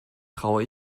traue